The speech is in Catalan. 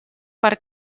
per